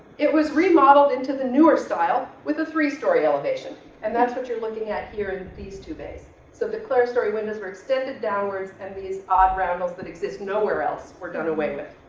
it was remodeled into the newer style with a three story elevation. and that's what you're looking at here in these two bays, so the clerestory windows were extended downwards and these odd randles that exist nowhere else were done away with.